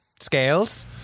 scales